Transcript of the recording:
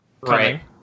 Right